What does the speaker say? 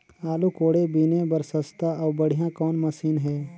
आलू कोड़े बीने बर सस्ता अउ बढ़िया कौन मशीन हे?